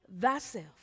thyself